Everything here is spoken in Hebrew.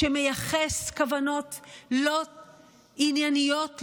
שמייחס כוונות לא ענייניות,